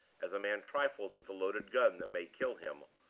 as a man trifles with the loaded gun that may kill him,